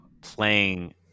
playing